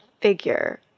figure